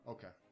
Okay